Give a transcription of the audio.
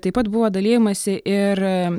taip pat buvo dalijamasi ir